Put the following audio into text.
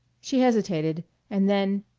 she hesitated and then,